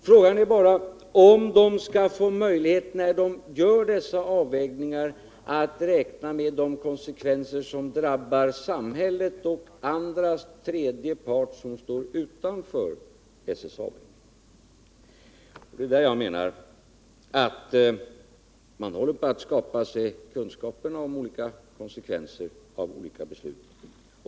Frågan är bara om de skall få möjlighet att i sina avvägningar räkna med de konsekvenser som drabbar samhället och andra parter utanför SSAB. Det är på det planet jag menar att man håller på att skapa sig kunskaper om konsekvenserna av olika beslut.